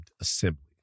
assembly